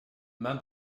main